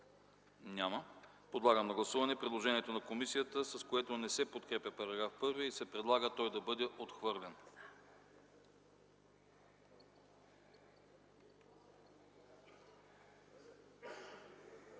Няма. Подлагам на гласуване предложението на комисията, с което не се подкрепя § 1 и се предлага той да бъде отхвърлен.